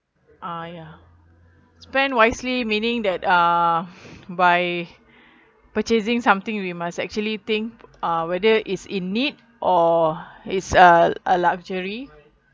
I ah spend wisely meaning that uh by purchasing something we must actually think uh whether is in need or is a a luxury